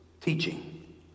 teaching